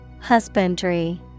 Husbandry